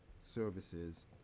services